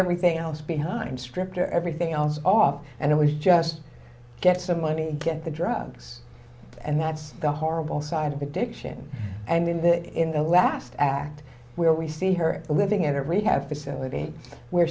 everything else behind him stripped her everything else off and it was just get some money get the drugs and that's the horrible side of addiction and in the in the last act where we see her living at a rehab facility where